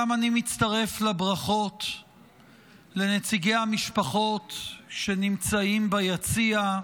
גם אני מצטרף לברכות לנציגי המשפחות שנמצאים ביציע.